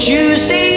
Tuesday